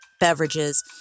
Beverages